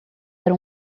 era